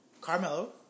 Carmelo